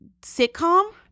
sitcom